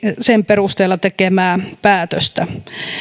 sen perusteella tekemää päätöstä